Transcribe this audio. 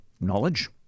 Knowledge